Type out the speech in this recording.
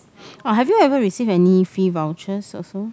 have you ever received any free vouchers also